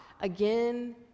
again